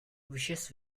wishes